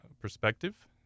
perspective